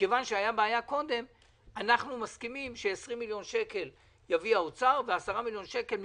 ולכן אנחנו מסכימים ש-20 מיליון שקל יביא משרד האוצר ו-10 מיליון שקל,